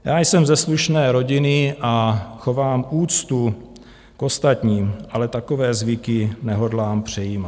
Já jsem ze slušné rodiny a chovám úctu k ostatním, ale takové zvyky nehodlám přejímat.